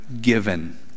given